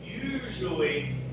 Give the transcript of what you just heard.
usually